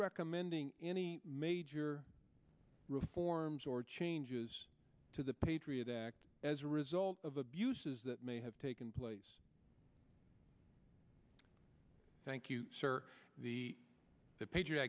recommending any major reforms or changes to the patriot act as a result of abuses that may have taken place thank you sir the patriot